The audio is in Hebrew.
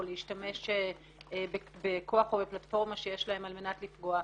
להשתמש בכוח או בפלטפורמה שיש להם על מנת לפגוע,